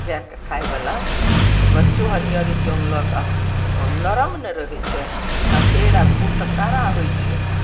के खाय बाला जे बच्चो हरियरी टोंगलक आओर नरम ने रहै छै ठठेर आर ओ तऽ कड़ा होइ छै